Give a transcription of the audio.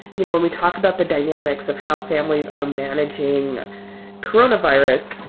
you know, when we talk about the dynamics of how families are managing coronavirus,